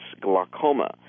glaucoma